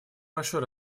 большой